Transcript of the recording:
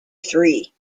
three